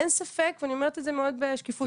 אין ספק ואני אומרת את זה מאוד בשקיפות,